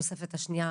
התוספת השנייה,